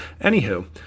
anywho